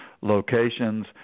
locations